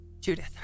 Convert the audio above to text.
Judith